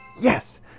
Yes